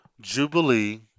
Jubilee